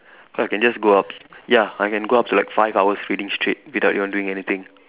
so I can just go up ya I can go up to like five hours reading straight without even doing anything